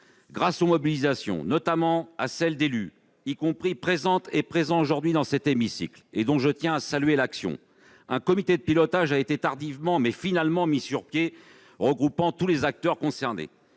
Grâce aux mobilisations, notamment celle d'élus qui sont présents aujourd'hui dans cet hémicycle et dont je tiens à saluer l'action, un comité de pilotage a été tardivement, mais finalement, mis sur pied, qui regroupe tous les acteurs concernés.